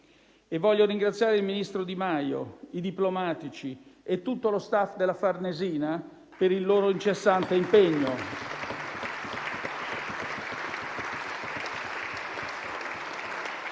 Desidero ringraziare anche il ministro Di Maio, i diplomatici e tutto lo *staff* della Farnesina per il loro incessante impegno.